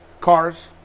cars